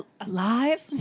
alive